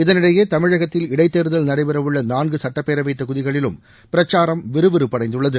இதனிடையே தமிழகத்தில் இடைத்தேர்தல் நடைபெறவுள்ள நான்கு சட்டப்பேரவைத் தொகுதிகளிலும் பிரச்சாரம் விறுவிறுப்படைந்துள்ளது